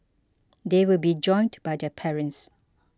they will be joined by their parents